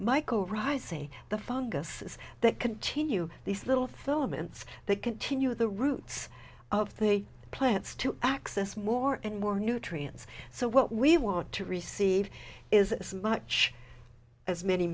rising the fungus that continue these little filaments that continue the roots of the plants to access more and more nutrients so what we want to receive is much as many